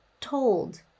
told